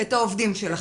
את העובדים שלכם,